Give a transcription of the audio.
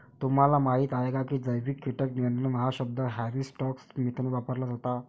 तुम्हाला माहीत आहे का की जैविक कीटक नियंत्रण हा शब्द हॅरी स्कॉट स्मिथने वापरला होता?